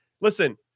Listen